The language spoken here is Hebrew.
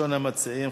אין, נמנעים,